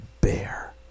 bear